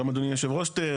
גם אדוני היו"ר תיאר,